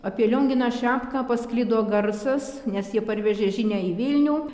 apie lionginą šepką pasklido garsas nes jie parvežė žinią į vilnių